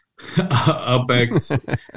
upex